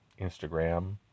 Instagram